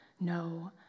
no